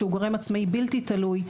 שהוא גורם עצמאי בלתי תלוי,